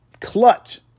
clutch